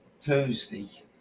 Tuesday